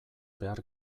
behar